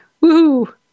Woo